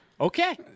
Okay